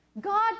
God